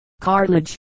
cartilage